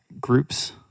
groups